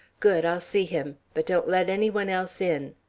good! i'll see him. but don't let any one else in.